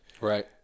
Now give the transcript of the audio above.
Right